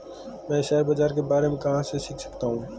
मैं शेयर बाज़ार के बारे में कहाँ से सीख सकता हूँ?